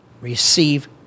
receive